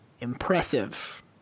impressive